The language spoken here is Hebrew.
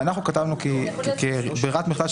אנחנו כתבנו ברירת מחדל,